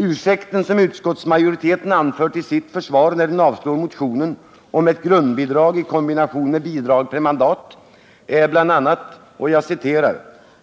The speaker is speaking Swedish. Ursäkten som utskottsmajoriteten anför till sitt försvar när den avslår motionen om ett grundbidrag i kombination med bidrag per mandat är bl.a. att